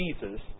Jesus